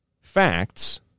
facts